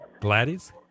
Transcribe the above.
Gladys